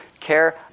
care